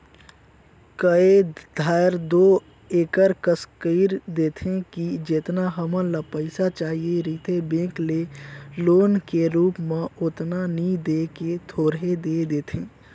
कए धाएर दो एकर कस कइर देथे कि जेतना हमन ल पइसा चाहिए रहथे बेंक ले लोन के रुप म ओतना नी दे के थोरहें दे देथे